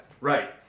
Right